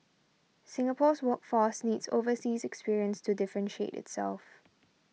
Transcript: Singapore's workforce needs overseas experience to differentiate itself